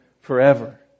forever